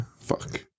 Fuck